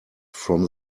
from